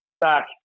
back